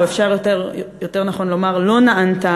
או נכון יותר לומר לא נענתה,